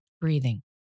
breathing